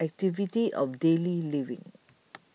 activities of daily living